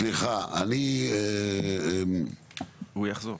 סליחה, הוא יחזור.